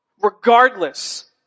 regardless